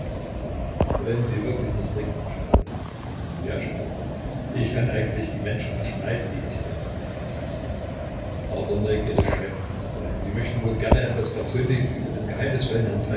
wollen sie wirklich nicht trinken schade sehr schade ich kann eigentlich die menschen nicht leiden die nicht trinken aber neugierig scheinen sie zu sein sie möchten wohl gerne etwas persönliches über den geheimnisvollen herrn